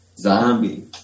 Zombie